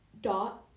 Dot